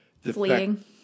fleeing